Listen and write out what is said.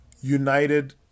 United